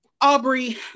Aubrey